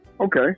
okay